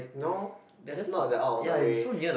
no it's not that out of the way